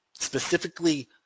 Specifically